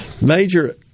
Major